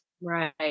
right